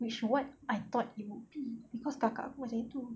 which what I thought it would be cause kakak aku macam gitu